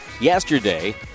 yesterday